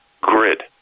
grid